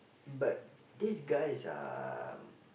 but these guys are